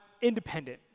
independent